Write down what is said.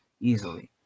easily